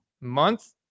month